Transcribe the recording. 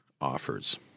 offers